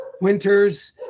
winters